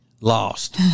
lost